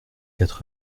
quatre